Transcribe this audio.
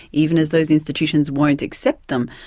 even as those institutions won't accept them,